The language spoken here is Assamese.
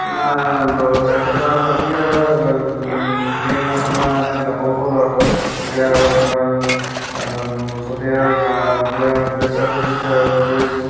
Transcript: আপোনাৰ লৈ তাৰপিছতে বাকী আৰু ট্ৰেইন আপোনাৰ এতিয়া যাব হ'ল আৰু চবকে আৰু আপোনাৰ চবে আৰু যা ক'বলৈ আৰু শুভেচ্ছাটো দিছে আৰু গৈছো